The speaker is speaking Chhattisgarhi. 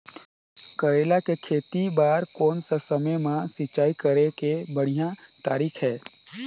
करेला के खेती बार कोन सा समय मां सिंचाई करे के बढ़िया तारीक हे?